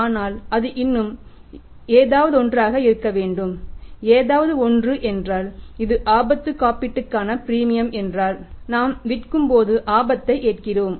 ஆனால் அது இன்னும் ஏதோவொன்றாக இருக்க வேண்டும் ஏதாவது ஒன்று என்றால் இது ஆபத்துக் காப்பீட்டுக்கான பிரீமியம் ஏனென்றால் நாம் விற்கும் போது ஆபத்தை ஏற்கிறோம்